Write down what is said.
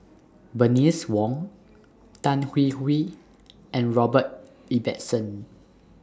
Bernice Wong Tan Hwee Hwee and Robert Ibbetson